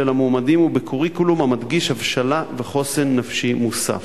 המועמדים ובקוריקולום המדגיש הבשלה וחוסן נפשי מוסף.